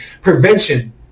prevention